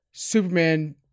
Superman